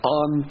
on